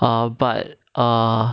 err but err